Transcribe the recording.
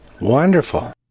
Wonderful